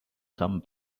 come